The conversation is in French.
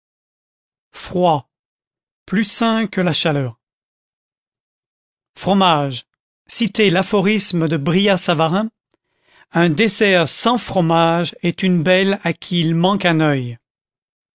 froid plus sain que la chaleur fromage citer l'aphorisme de brillat savarin un dessert sans fromage est une belle à qui il manque un oeil